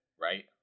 right